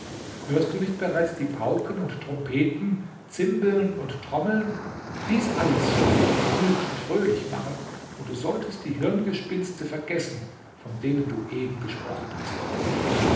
hörst du nicht bereits die pauken und trompeten zimbeln und trommeln dies alles sollte dich vergnügt und fröhlich machen und du solltest die hirngespinnste vergessen von denen du eben gesprochen hast